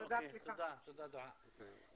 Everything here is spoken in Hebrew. תודה וסליחה.